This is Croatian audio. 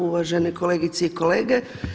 Uvažene kolegice i kolege.